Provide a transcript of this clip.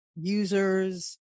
users